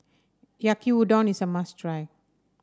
Yaki Udon is a must try